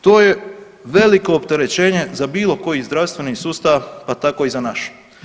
To je veliko opterećenje za bilo koji zdravstveni sustav, pa tako i za naš.